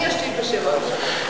אני אשיב בשם הממשלה.